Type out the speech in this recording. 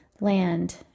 land